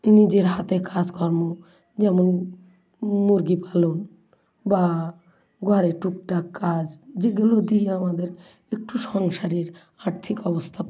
নিজের হাতে কাজকর্ম যেমন মুরগি পালন বা ঘরের টুকটাক কাজ যেগুলো দিয়ে আমাদের একটু সংসারিক আর্থিক অবস্থা